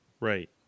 Right